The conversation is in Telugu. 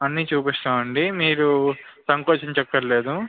అన్నీ చూపిస్తామండి మీరు సంకోచించక్కరలేదు